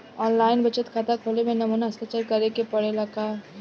आन line बचत खाता खोले में नमूना हस्ताक्षर करेके पड़ेला का?